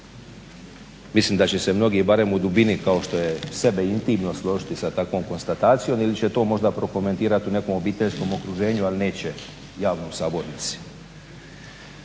Mislim da će se mnogi barem u dubini kao što je sebe intimno složiti sa takvom konstatacijom ili će to možda prokomentirati u nekom obiteljskom okruženju ali neće javno u sabornici.